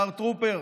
השר טרופר,